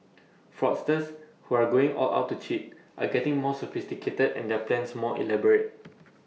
fraudsters who are going all out to cheat are getting more sophisticated and their plans more elaborate